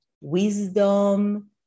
wisdom